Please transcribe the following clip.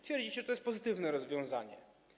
Twierdzicie, że to jest pozytywne rozwiązanie.